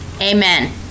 Amen